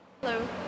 Hello